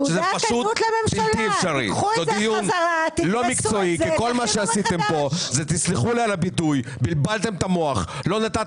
11:30.